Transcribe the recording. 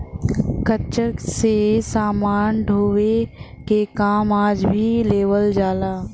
खच्चर से समान ढोवे के काम आज भी लेवल जाला